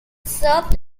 served